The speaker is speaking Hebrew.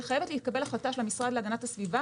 וחייבת להתקבל החלטה של המשרד להגנת הסביבה